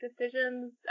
decisions